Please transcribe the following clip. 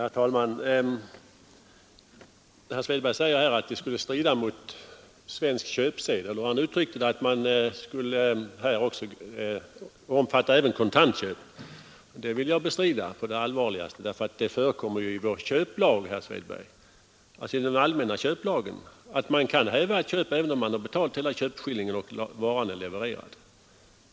Herr talman! Herr Svedberg säger att det skulle strida mot svensk köpsed om hemförsäljningslagen gällde även kontantköp. Det vill jag på det bestämdaste bestrida. Enligt den allmänna köplagen kan man under vissa förutsättningar häva ett köp även om man betalat kontant och varan är levererad.